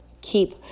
keep